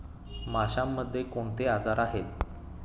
माशांमध्ये कोणते आजार आहेत?